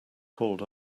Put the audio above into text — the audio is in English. called